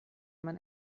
man